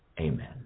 Amen